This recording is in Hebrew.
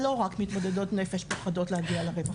אבל לא רק מתמודדות נפש פוחדות להגיע לרווחה.